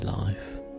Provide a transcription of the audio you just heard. life